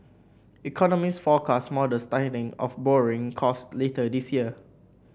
economists forecast modest tightening of borrowing costs later this year